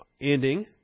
ending